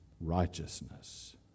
righteousness